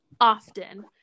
often